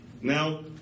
Now